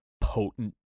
potent